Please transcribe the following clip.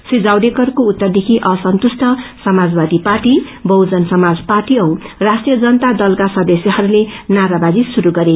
श्री जावेडकरको उत्तरदेखि असन्तुष्ट समाजवादी पार्टी बहुजन समाज पार्टी औ राष्ट्रीय जनता दलका सदस्यहरूले नाराबरजी श्रुरू गरे